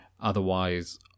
Otherwise